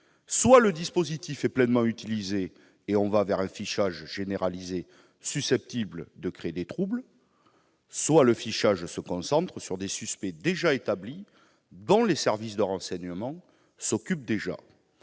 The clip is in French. Soit le dispositif est pleinement utilisé, et l'on va vers un fichage généralisé susceptible de créer des troubles ; soit le fichage se concentre sur des suspects déjà établis dont les services de renseignement s'occupent déjà.